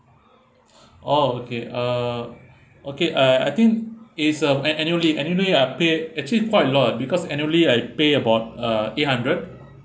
oh okay uh okay I I think it's a annually annually I paid actually quite a lot because annually I pay about uh eight hundred